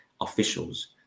officials